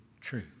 true